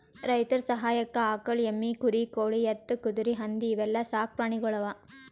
ರೈತರ್ ಸಹಾಯಕ್ಕ್ ಆಕಳ್, ಎಮ್ಮಿ, ಕುರಿ, ಕೋಳಿ, ಎತ್ತ್, ಕುದರಿ, ಹಂದಿ ಇವೆಲ್ಲಾ ಸಾಕ್ ಪ್ರಾಣಿಗೊಳ್ ಅವಾ